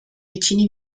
vicini